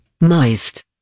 moist